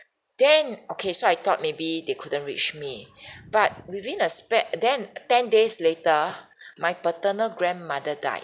then okay so I thought maybe they couldn't reach me but within a spa~ then ten days later my paternal grandmother died